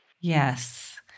Yes